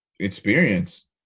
experience